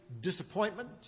disappointment